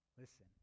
listen